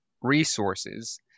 resources